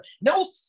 no